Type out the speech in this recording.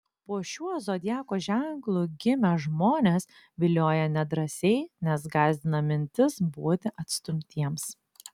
po šiuo zodiako ženklu gimę žmonės vilioja nedrąsiai nes gąsdina mintis būti atstumtiems